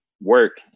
work